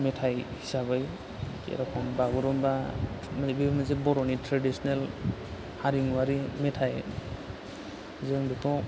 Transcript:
मेथाइ हिसाबै जेरेखम बागुरुमबा नैबे मोनसे बर'नि थ्रेदिसनाल हारिमुवारि मेथाइ जों बेखौ